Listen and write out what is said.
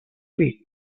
pit